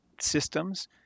systems